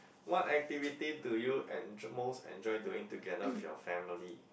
what activity do you enj~ most enjoy doing together with your family